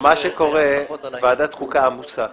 מה שקורה, ועדת חוקה עמוסה.